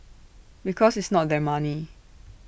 because it's not their money